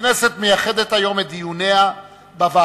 הכנסת מייחדת היום את דיוניה בוועדות,